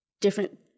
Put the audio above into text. different